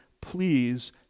Please